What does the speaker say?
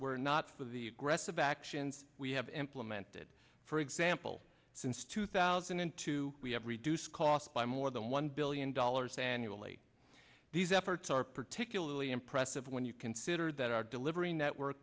were not for the gress of actions we have implemented for example since two thousand and two we have reduced costs by more than one billion dollars annually these efforts are particularly impressive when you consider that our delivery network